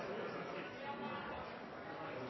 – ja, jeg